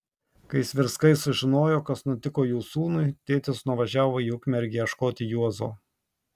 kai svirskai sužinojo kas nutiko jų sūnui tėtis nuvažiavo į ukmergę ieškoti juozo